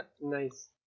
Nice